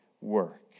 work